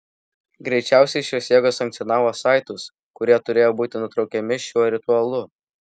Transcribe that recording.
greičiausiai šios jėgos sankcionavo saitus kurie turėjo būti nutraukiami šiuo ritualu